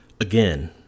Again